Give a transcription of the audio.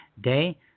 Day